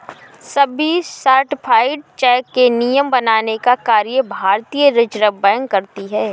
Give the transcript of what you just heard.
सभी certified cheque के नियम बनाने का कार्य भारतीय रिज़र्व बैंक करती है